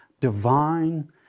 divine